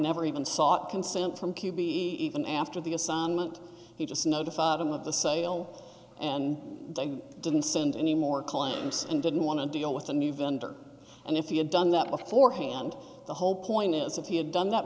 never even sought consent from q b even after the assignment he just notified them of the sale and they didn't send any more clients and didn't want to deal with a new vendor and if he had done that beforehand the whole point is if he had done that